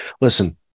listen